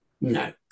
No